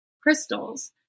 Crystals